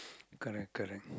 correct correct